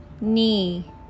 Knee